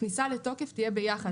הכניסה לתוקף תהיה ביחד.